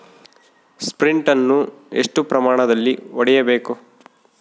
Sprint ಅನ್ನು ಎಷ್ಟು ಪ್ರಮಾಣದಲ್ಲಿ ಹೊಡೆಯಬೇಕು?